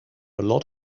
lot